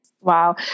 Wow